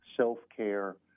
self-care